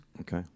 Okay